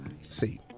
See